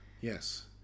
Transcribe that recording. Yes